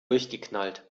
durchgeknallt